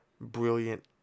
brilliant